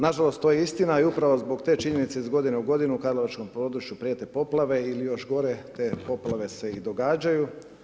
Nažalost, to je istina i upravo zbog te činjenice iz godine u godinu karlovačkom području prijete poplave ili još gore, te poplave se i događaju.